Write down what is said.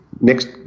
next